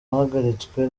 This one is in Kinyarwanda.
wahagaritswe